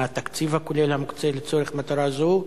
מה התקציב הכולל המוקצה לצורך מטרה זו,